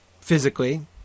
physically